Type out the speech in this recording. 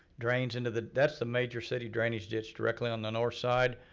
drains into the, that's the major city drainage ditch directly on the north side,